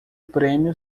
prêmio